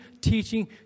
teaching